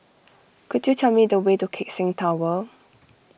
could you tell me the way to Keck Seng Tower